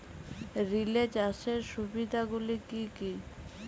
Relay চাষের সুবিধা গুলি কি কি?